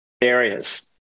areas